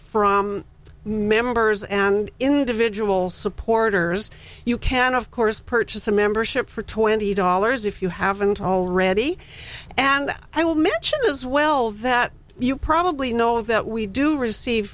from members and individual supporters you can of course purchase a membership for twenty dollars if you haven't already and i will mention as well that you probably know that we do receive